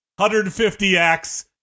150X